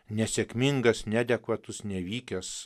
nesėkmingas neadekvatus nevykęs